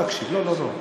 לא, לא, לא.